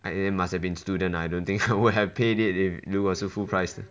it must have been student I don't think I would have paid it if if it was a full price